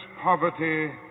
poverty